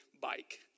bike